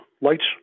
lights